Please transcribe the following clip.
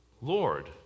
Lord